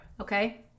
Okay